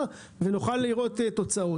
ונוכל לראות תוצאות.